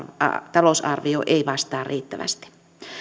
talousarvio ei vastaa riittävästi